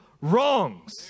wrongs